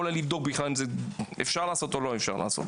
אולי לבדוק בכלל אם אפשר לעשות את זה או אי אפשר,